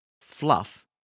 fluff